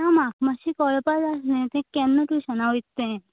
ना म्हाक मात्शें कळपाक जाय आसलें तें केन्ना ट्युशना वयत तें